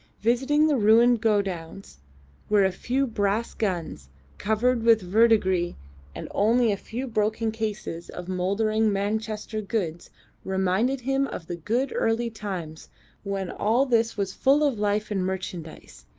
visiting the ruined godowns where a few brass guns covered with verdigris and only a few broken cases of mouldering manchester goods reminded him of the good early times when all this was full of life and merchandise,